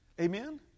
Amen